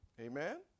Amen